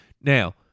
Now